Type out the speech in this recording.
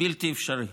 בלתי אפשרי,